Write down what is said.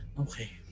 Okay